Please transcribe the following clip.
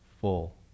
full